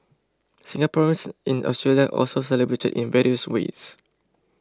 Singaporeans in Australia also celebrated in various ways